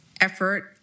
effort